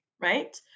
right